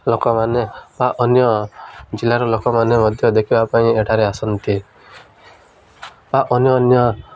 ଲୋକମାନେ ବା ଅନ୍ୟ ଜିଲ୍ଲାର ଲୋକମାନେ ମଧ୍ୟ ଦେଖିବା ପାଇଁ ଏଠାରେ ଆସନ୍ତି ବା ଅନ୍ୟ ଅନ୍ୟ